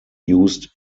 used